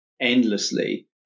endlessly